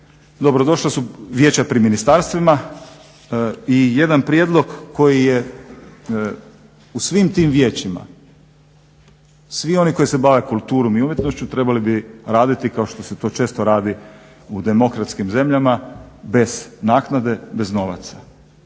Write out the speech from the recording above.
dobro došla su vijeća pri ministarstvima i jedan prijedlog koji je u svim tim vijećima, svi oni koji se bave kulturom i umjetnošću trebali bi raditi kao što se to često radi u demokratskim zemljama bez naknade, bez novaca.